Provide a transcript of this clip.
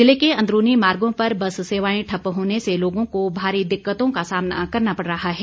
ज़िले के अंदरूनी मार्गो पर बस सेवाएं ठप्प होने से लोगों को भारी दिक्कतों का सामना करना पड़ रहा है